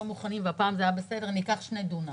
מוכנים והפעם זה היה בסדר ניקח שני דונם.